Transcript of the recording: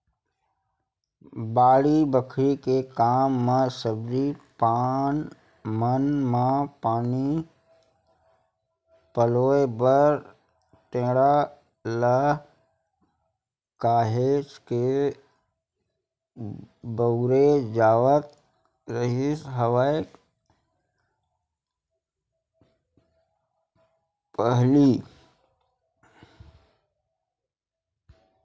बाड़ी बखरी के काम म सब्जी पान मन म पानी पलोय बर टेंड़ा ल काहेच के बउरे जावत रिहिस हवय पहिली